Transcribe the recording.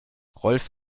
rolf